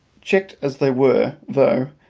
checked as they were, though,